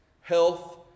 Health